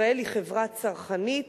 ישראל היא חברה צרכנית.